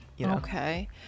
Okay